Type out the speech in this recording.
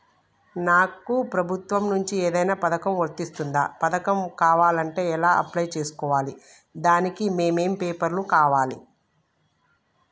నాకు ప్రభుత్వం నుంచి ఏదైనా పథకం వర్తిస్తుందా? పథకం కావాలంటే ఎలా అప్లై చేసుకోవాలి? దానికి ఏమేం పేపర్లు కావాలి?